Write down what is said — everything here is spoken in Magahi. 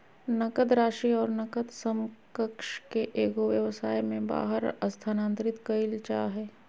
नकद राशि और नकद समकक्ष के एगो व्यवसाय में बाहर स्थानांतरित कइल जा हइ